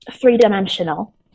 three-dimensional